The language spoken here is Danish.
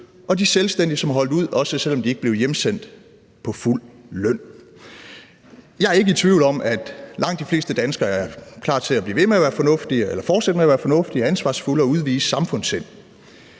og de selvstændige, som holdt ud, også selv om de ikke blev hjemsendt på fuld løn. Jeg er ikke i tvivl om, at langt de fleste danskere er klar til at blive ved med at være fornuftige eller fortsætte med at være fornuftige og ansvarsfulde og udvise samfundssind,